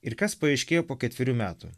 ir kas paaiškėjo po ketverių metų